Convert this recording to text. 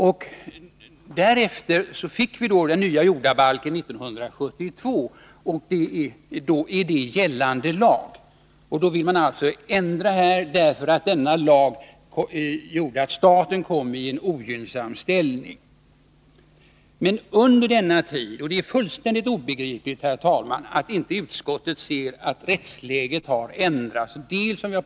Vi fick alltså den nya jordabalken 1972, och då är den gällande lag. Nu vill man göra en ändring på denna punkt därför att denna lag gjorde att staten komien ogynnsam ställning. Men under denna tid har rättsläget ändrats, och det är, herr talman, fullständigt obegripligt att inte utskottsmajoriteten kan inse det.